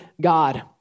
God